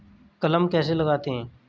कलम कैसे लगाते हैं?